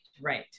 right